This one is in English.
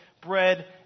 bread